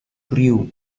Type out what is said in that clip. ryu